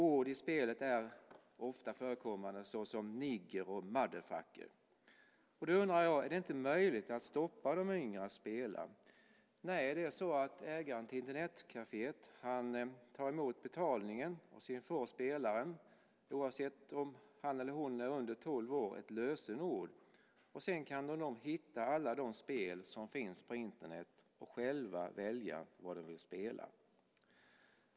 Ord som är ofta förekommande i spelet är nigger och motherfucker . Då undrar jag: Är det inte möjligt att stoppa de yngre från att spela? Nej, det är så att ägaren till Internetcaféet tar emot betalningen och därefter får spelaren, oavsett om han eller hon är under tolv år, ett lösenord och kan sedan hitta alla de spel som finns på Internet och själv välja vad man vill spela.